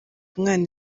umwana